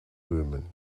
böhmen